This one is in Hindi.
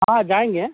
हाँ जाएँगे